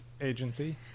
agency